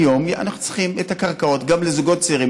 היום אנחנו צריכים את הקרקעות גם לזוגות צעירים.